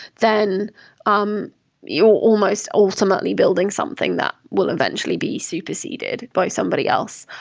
then um you're almost ultimately building something that will eventually be superseded by somebody else.